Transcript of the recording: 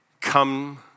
come